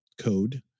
code